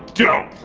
don't!